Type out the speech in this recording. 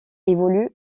évolue